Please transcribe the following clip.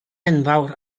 enfawr